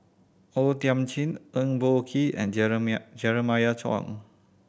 O Thiam Chin Eng Boh Kee and Jeremiah Choy